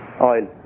oil